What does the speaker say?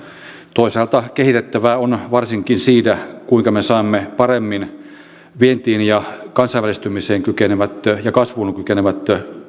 toisaalta kehitettävää on varsinkin siinä kuinka me saamme paremmin vientiin ja kansainvälistymiseen kykenevät ja kasvuun kykenevät